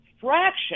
fraction